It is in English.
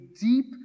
deep